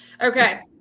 Okay